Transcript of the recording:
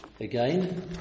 again